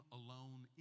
alone